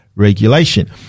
regulation